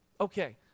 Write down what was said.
Okay